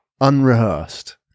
unrehearsed